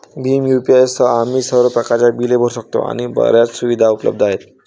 Bhim UPI सह, आम्ही सर्व प्रकारच्या बिले भरू शकतो आणि बर्याच सुविधा उपलब्ध आहेत